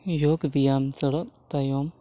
ᱡᱳᱜᱽ ᱵᱮᱭᱟᱢ ᱪᱟᱞᱟᱜ ᱛᱟᱭᱚᱢ